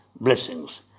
Blessings